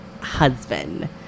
husband